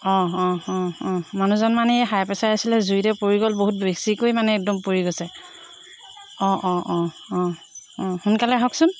অঁ অঁ অঁ অঁ মানুহজন মানে এই হাই প্ৰেচাৰ আছে জুইতে পৰি গ'ল বহুত বেছিকৈ মানে একদম পুৰি গৈছে অঁ অঁ অঁ অঁ অঁ সোনকালে আহকচোন